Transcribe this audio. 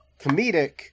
comedic